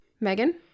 Megan